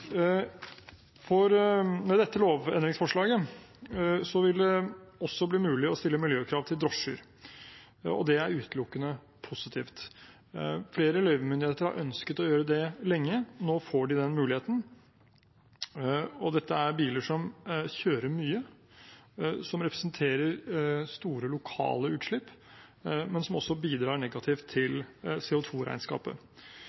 Med dette lovendringsforslaget vil det også bli mulig å stille miljøkrav til drosjer, og det er utelukkende positivt. Flere løyvemyndigheter har ønsket å gjøre det lenge – nå får de den muligheten. Dette er biler som kjører mye, som representerer store lokale utslipp, men som også bidrar negativt